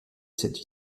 cette